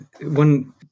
one